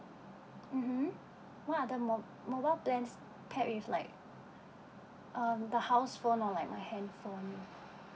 mmhmm what are the mo~ mobile plans pack with like um the house phone or like my handphone